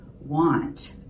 want